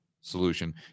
solution